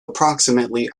approximately